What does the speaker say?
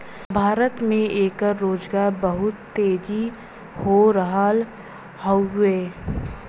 भारत में एकर रोजगार बहुत तेजी हो रहल हउवे